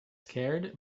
scared